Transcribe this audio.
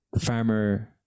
farmer